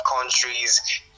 countries